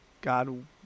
God